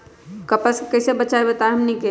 कपस से कईसे बचब बताई हमनी के?